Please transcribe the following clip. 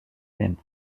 même